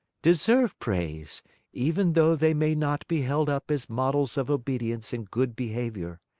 deserve praise even though they may not be held up as models of obedience and good behavior.